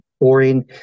boring